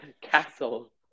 castle